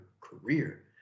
career